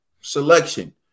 selection